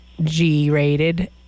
G-rated